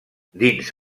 dins